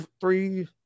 three